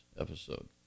episode